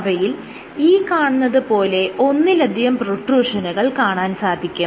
അവയിൽ ഈ കാണുന്നത് പോലെ ഒന്നിലധികം പ്രൊട്രൂഷനുകൾ കാണാൻ സാധിക്കും